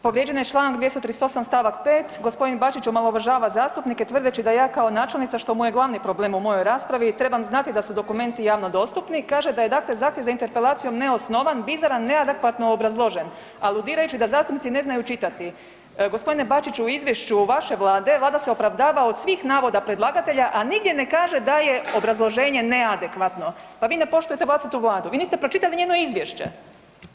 Povrijeđen je čl. 238. st. 5. g. Bačić omalovažava zastupnike tvrdeći da ja kao načelnica što mu je glavni problem u mojoj raspravi trebam znati da su dokumenti javno dostupni, kaže da je dakle zahtjev za interpelacijom neosnovan, bizaran, neadekvatno obrazložen aludirajući da zastupnici ne znaju čitati. g. Bačiću u izvješću vaše vlade vlada se opravdava od svih navoda predlagatelja, a nigdje ne kaže da je obrazloženje neadekvatno, pa vi ne poštujete vlastitu vladu, vi niste pročitali njeno izvješće.